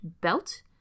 belt